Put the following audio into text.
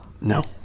No